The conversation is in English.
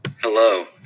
Hello